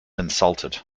insulted